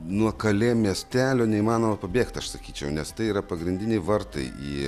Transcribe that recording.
nuo kalė miestelio neįmanoma pabėgt aš sakyčiau nes tai yra pagrindiniai vartai į